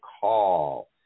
Call